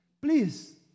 Please